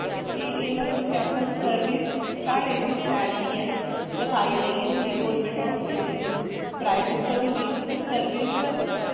ते एह् में तुसें ई आक्खां कि सर्विस साढ़े इत्थै शैल निं ऐ सफाई नेई होंदी गौरमेंट अस्पतालें च प्राइवेट च होंदी पर सर्विस